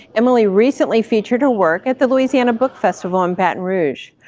emily recently featured her work at the louisiana book festival in baton rouge.